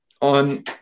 on